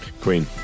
Queen